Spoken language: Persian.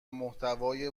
محتوای